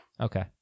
Okay